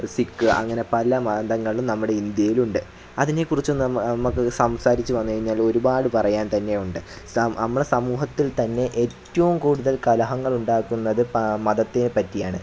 സിക്ക് അങ്ങനെ പല മതങ്ങളും നമ്മുടെ ഇന്ത്യയിലുണ്ട് അതിനെക്കുറിച്ച് നമുക്ക് സംസാരിച്ചു വന്നുകഴിഞ്ഞാൽ ഒരുപാട് പറയാൻ തന്നെ ഉണ്ട് സ നമ്മുടെ സമൂഹത്തിൽ തന്നെ ഏറ്റവും കൂടുതൽ കലഹങ്ങൾ ഉണ്ടാക്കുന്നത് പ മതത്തിനെ പറ്റിയാണ്